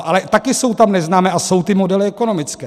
Ale taky jsou tam neznámé a jsou ty modely ekonomické.